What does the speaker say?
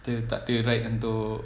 dia tak nak right untuk